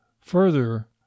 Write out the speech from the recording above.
further